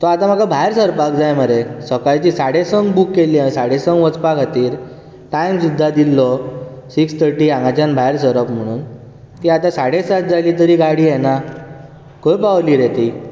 so आतां म्हाका भायर सरपाक जाय मरे सकाळची साडे संक बूक केल्ली हांवें साडी संक वचपा खातीर टायम सुद्दा दिल्लो सिक्स थर्टी हांगाच्यान भायर सरप म्हणून ती आतां साडे सात जालीं तरी गाडी येना खंय पावली रे ती